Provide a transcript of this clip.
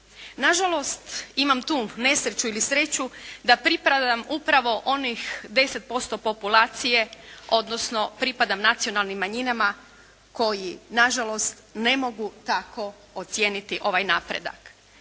Nažalost imam tu nesreću ili sreću da pripadam upravo onih 10% populacije odnosno pripadam nacionalnim manjinama koji nažalost ne mogu tako ocijeniti ovaj napredak.